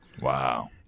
Wow